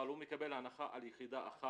אבל הוא מקבל הנחה על יחידה אחת,